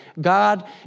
God